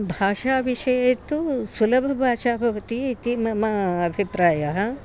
भाषाविषये तु सुलभभाषा भवति इति मम अभिप्रायः